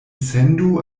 sendu